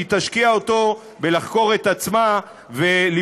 שהיא תשקיע אותו בלחקור את עצמה ולבדוק